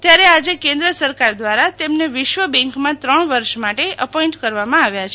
ત્યારે આજે કેન્દ્ર સરકાર દ્વારા તેમને વિશ્વ બેંકમાં ત્રણ વર્ષ માટે અપોઈન્ટ કરવામાં આવ્યા છે